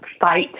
fight